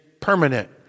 permanent